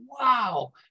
wow